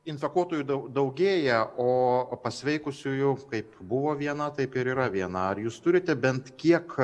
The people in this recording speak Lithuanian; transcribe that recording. infekuotųjų daug daugėja o pasveikusiųjų kaip buvo viena taip ir yra viena ar jūs turite bent kiek